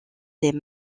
les